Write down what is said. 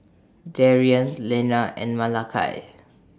Darion Lena and Malakai